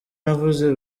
navuze